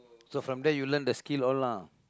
so from there you learn the skill all lah